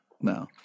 No